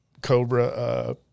Cobra